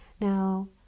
Now